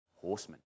Horsemen